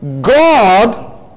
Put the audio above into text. God